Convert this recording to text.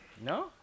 No